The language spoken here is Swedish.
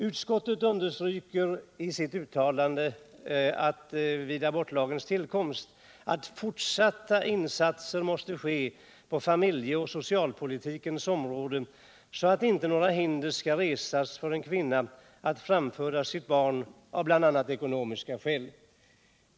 Utskottet underströk i sitt uttalande vid abortlagens tillkomst att fortsatta insatser måste ske på familjeoch socialpolitikens område, så att inte några hinder skall resas för en kvinna att framföda sitt barn av bl.a. ekonomiska skäl.